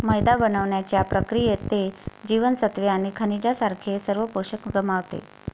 मैदा बनवण्याच्या प्रक्रियेत, ते जीवनसत्त्वे आणि खनिजांसारखे सर्व पोषक गमावते